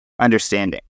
understanding